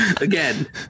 Again